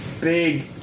big